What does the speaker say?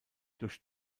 durch